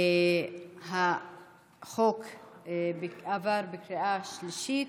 החוק עבר בקריאה שלישית,